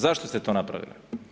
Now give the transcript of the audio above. Zašto ste to napravili?